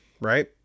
right